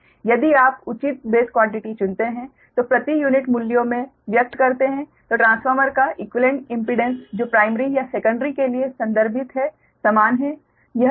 यदि आप उचित बेस क्वान्टिटी चुनते हैं जो प्रति यूनिट मूल्यों में व्यक्त करते हैं तो ट्रांसफार्मर का इक्वीवेलेंट इम्पीडेंस जो प्राइमरी या सेकंडरी के लिए संदर्भित है समान है